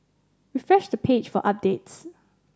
refresh the page for updates